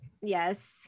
yes